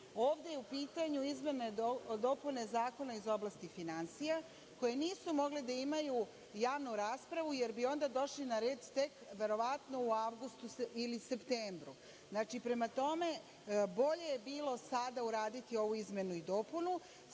je u pitanju izmene i dopune zakona iz oblasti finansija, koje nisu mogle da imaju javnu raspravu, jer bi onda došli na red tek, verovatno, u avgustu ili septembru. Znači, prema tome, bolje je bilo sada uraditi ovo izmenu i dopunu,